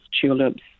tulips